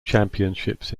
championships